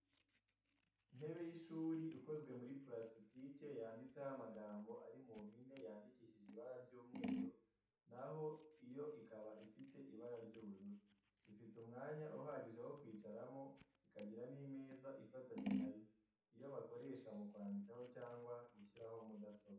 Intebe y'ishuri ikozwe muri purasitike yanditseho amagambo ari mu mpine yandikishije ibara ry'umweru na ho yo ikaba ifite ibara ry'ubururu. Ifite umwanya uhagije wo kwicaramo, ikagira n'imeza ifatanye na yo, iyo bakoresha mu kwandikaho cyangwa gushyiraho mudasobwa.